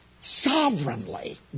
sovereignly